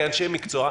כאנשי מקצוע,